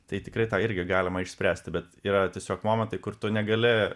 tai tikrai tą irgi galima išspręsti bet yra tiesiog momentai kur tu negali